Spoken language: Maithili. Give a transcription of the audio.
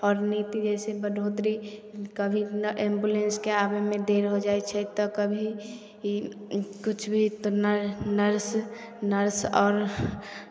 आओर नीति जइसे बढ़ोत्तरी कभी न् एम्बुलेंसके आबयमे देर हो जाइ छै तऽ कभी किछु भी तऽ नर् नर्स नर्स आओर